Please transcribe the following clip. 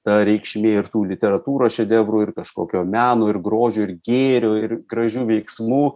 ta reikšmė ir tų literatūros šedevrų ir kažkokio meno ir grožio ir gėrio ir gražių veiksmų